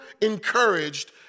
encouraged